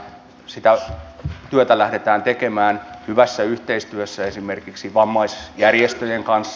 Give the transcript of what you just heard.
sitä työtä lähdetään tekemään hyvässä yhteistyössä esimerkiksi vammaisjärjestöjen kanssa